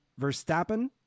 Verstappen